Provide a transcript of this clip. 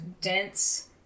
dense